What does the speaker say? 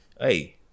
Hey